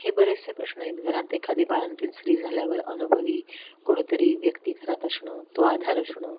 हे बरेचसे प्रश्न आहेत घरात एखादी बाळंतीण स्त्री झाल्यावर अनुभवी कुणीतरी व्यक्ती घरात असणं तो आधार असणं